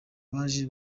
baje